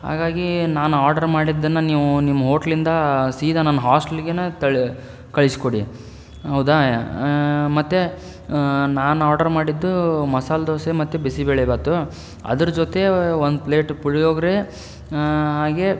ಹಾಗಾಗಿ ನಾನು ಆರ್ಡ್ರ್ ಮಾಡಿದ್ದನ್ನು ನೀವು ನಿಮ್ಮ ಹೋಟ್ಲಿಂದ ಸೀದಾ ನನ್ನ ಹಾಸ್ಟ್ಲಿಗೇನೇ ಕಳ ಕಳಿಸಿಕೊಡಿ ಹೌದಾ ಮತ್ತೆ ನಾನು ಆಡರ್ ಮಾಡಿದ್ದು ಮಸಾಲೆ ದೋಸೆ ಮತ್ತು ಬಿಸಿಬೇಳೆಬಾತು ಅದ್ರ ಜೊತೆ ಒಂದು ಪ್ಲೇಟ್ ಪುಳಿಯೋಗರೆ ಹಾಗೆ